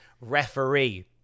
referee